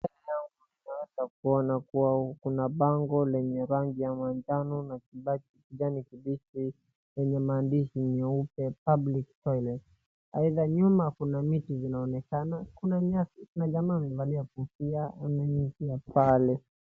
Tunaweza kuona kuwa kuna bango lenye rangi ya manjano na kibati kijani kibichi yenye maandishi meupe public toilet . Aidha nyuma kuna miti zinaonekana. Kuna nyasi na jamaa amevalia kofia. Amesimama pale.